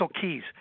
Keys